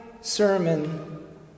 sermon